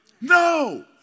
No